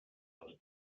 das